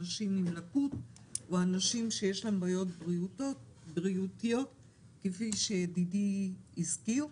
אנשים עם לקות או אנשים שיש להם בעיות בריאותיות כפי שידידי הזכיר,